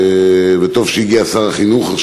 וטוב שהגיע עכשיו גם שר החינוך,